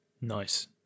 Nice